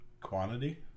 quantity